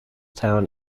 town